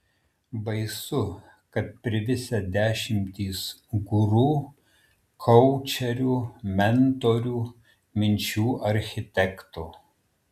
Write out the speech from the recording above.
baisu kad privisę dešimtys guru koučerių mentorių minčių architektų